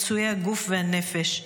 פצועי הגוף והנפש.